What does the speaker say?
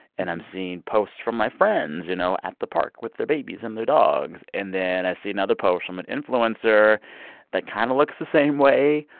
and i'm seeing posts from my friends, you know, at the park, with their babies and their dogs. and then i see another post from an influencer that kind of looks the same way,